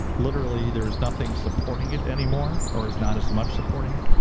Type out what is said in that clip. literally there is nothing supporting it anymore, or is not as much supporting it.